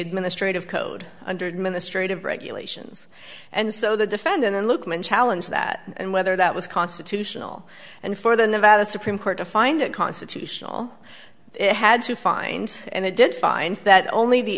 administrative code hundred ministry of regulations and so the defendant in luqman challenge that and whether that was constitutional and for the nevada supreme court to find it constitutional it had to find and it did find that only the